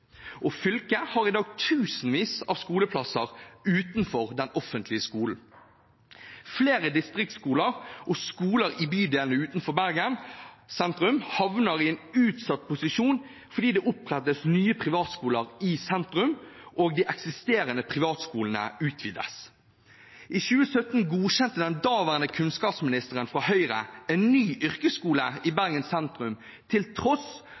og fylket har i dag tusenvis av skoleplasser utenfor den offentlige skolen. Flere distriktsskoler og skoler i bydelene utenfor Bergen sentrum havner i en utsatt posisjon fordi det opprettes nye privatskoler i sentrum, og de eksisterende privatskolene utvides. I 2017 godkjente den daværende kunnskapsministeren fra Høyre en ny yrkesskole i Bergen sentrum, til tross